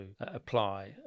apply